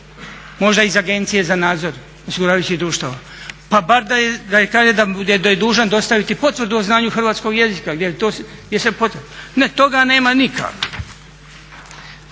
možda iz Agencije za nadzor osiguravajućih društava. Pa bar da kaže da je dužan dostaviti potvrdu o znanju hrvatskog jezika, gdje je